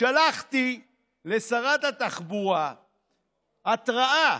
שלחתי לשרת התחבורה התראה: